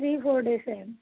three four days అయింది